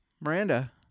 Miranda